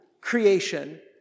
creation